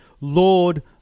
Lord